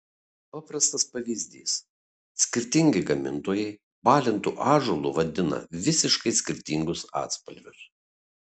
paprastas pavyzdys skirtingi gamintojai balintu ąžuolu vadina visiškai skirtingus atspalvius